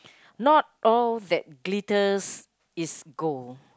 not all that glitters is gold